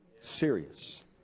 Serious